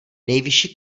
nejvyšší